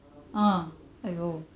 ah !aiyo!